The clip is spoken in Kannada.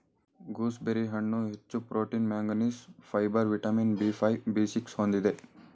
ಗೂಸ್ಬೆರಿ ಹಣ್ಣು ಹೆಚ್ಚು protein manganese, fibre vitamin B five, B six ಹೊಂದಿದೆ